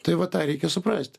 tai va tą reikia suprasti